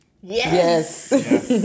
Yes